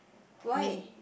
why